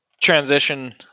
transition